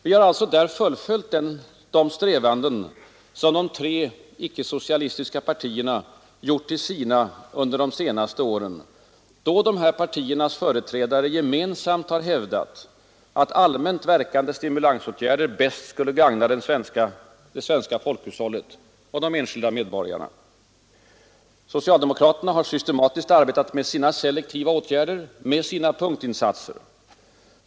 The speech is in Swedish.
Vi har där fullföljt de strävanden som de tre icke-socialistiska partierna gjort till sina under de senaste åren, då dessa partiers företrädare gemensamt hävdat att allmänt verkande stimulansåtgärder bäst skulle gagna det svenska folkhushållet och de enskilda medborgarna. Socialdemokraterna har systematiskt arbetat med sina selektiva åtgärder, sina punktinsatser.